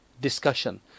discussion